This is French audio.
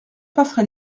passera